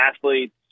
athletes